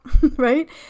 Right